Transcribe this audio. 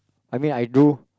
I mean I do